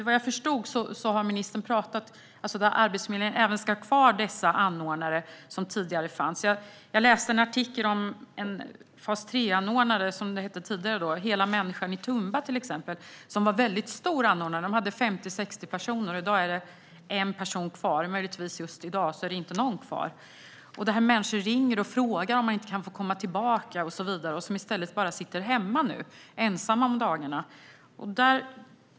Vad jag förstod av vad ministern sa ska Arbetsförmedlingen även ha kvar dessa anordnare som tidigare fanns. Jag läste en artikel om fas 3-anordnare, som det tidigare hette. Det gäller till exempel Hela Människan i Tumba, som var en väldigt stor anordnare. De hade 50-60 personer, och i dag är det 1 person kvar. Möjligtvis är det just i dag inte någon kvar. Människor ringer och frågar om de inte kan få komma tillbaka och så vidare. I stället sitter de nu bara hemma ensamma om dagarna.